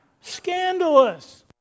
Scandalous